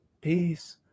Peace